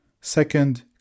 second